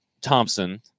Thompson